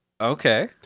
Okay